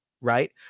right